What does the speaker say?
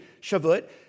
Shavuot